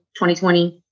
2020